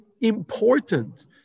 important